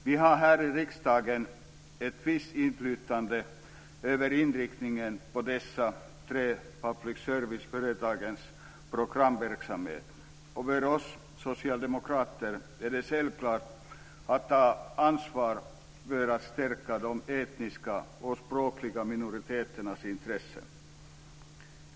Vi har här i riksdagen ett visst inflytande över inriktningen på dessa tre public service-företags programverksamhet, och för oss socialdemokrater är det självklart att ta ansvar för att stärka de etniska och språkliga minoriteternas intressen.